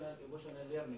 Social Emotional Learning,